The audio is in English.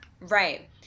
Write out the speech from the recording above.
Right